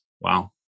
Wow